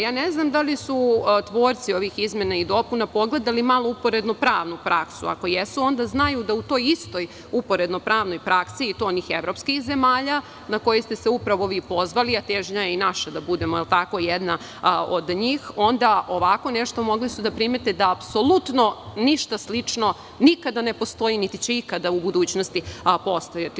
Ja ne znam da li su tvorci ovih izmena i dopuna pogledali malo uporedno-pravnu praksu, ako jesu, onda znaju da u toj istoj uporedno-pravnoj praksi i to onih evropskih zemalja, na koje ste se upravo vi pozvali, a težnja je i naša da budemo jedna od njih, onda ovako nešto mogli su da primete da apsolutno ništa slično nikada ne postoji, niti će ikada u budućnosti postojati.